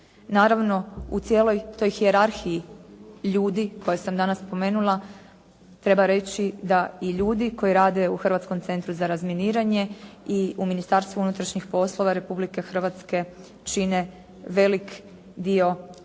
Naravno, u cijeloj toj hijerarhiji ljudi koje sam danas spomenula treba reći da i ljudi koji rade u Hrvatskom centru za razminiranje i u Ministarstvu unutrašnjih poslova Republike Hrvatske čine velik dio